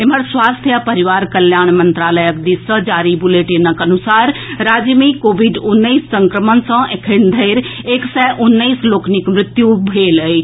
एम्हर स्वास्थ्य आ परिवार कल्याण मंत्रालयक दिस सँ जारी बुलेटिनक अनुसार राज्य मे कोविड उन्नैस संक्रमण सँ एखन धरि एक सय उन्नैस लोकनिक मृत्यु भेल अछि